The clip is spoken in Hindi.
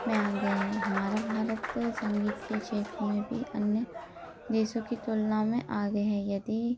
में आगे है हमारा भारत संगीत के क्षेत्र में भी अन्य देशों की तुलना में आगे है यदि